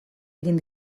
egin